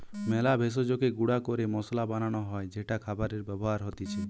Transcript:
মেলা ভেষজকে গুঁড়া ক্যরে মসলা বানান হ্যয় যেটা খাবারে ব্যবহার হতিছে